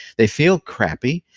they feel crappy,